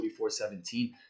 4417